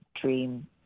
dream